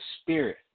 spirit